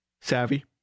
savvy